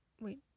Wait